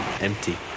empty